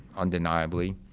undeniably,